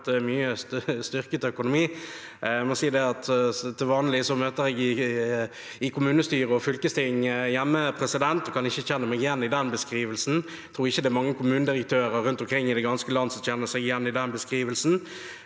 hadde fått en styrket økonomi. Til vanlig møter jeg i kommunestyret og fylkestinget hjemme, og jeg kan ikke kjenne meg igjen i den beskrivelsen. Jeg tror ikke det er mange kommunedirektører rundt omkring i det ganske land som kjenner seg igjen i den beskrivelsen,